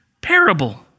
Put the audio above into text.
Parable